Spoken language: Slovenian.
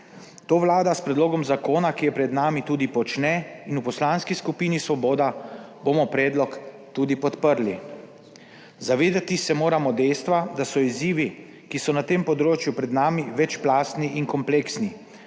To vlada s predlogom zakona, ki je pred nami, tudi počne in v Poslanski skupini Svoboda bomo predlog tudi podprli. Zavedati se moramo dejstva, da so izzivi, ki so na tem področju pred nami, večplastni in kompleksni.